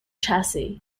chassis